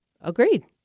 agreed